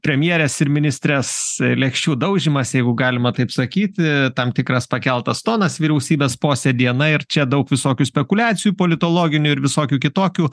premjerės ir ministrės lėkščių daužymas jeigu galima taip sakyti tam tikras pakeltas tonas vyriausybės posėdyje na ir čia daug visokių spekuliacijų politologinių ir visokių kitokių